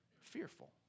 fearful